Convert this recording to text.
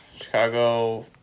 Chicago